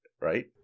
right